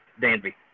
Danby